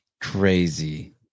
Crazy